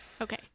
okay